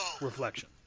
reflection